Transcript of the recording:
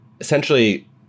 essentially